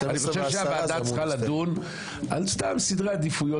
אני חושב שהוועדה צריכה לדון על סתם סדרי עדיפויות